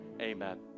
Amen